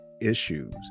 issues